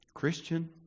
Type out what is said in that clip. Christian